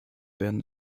werden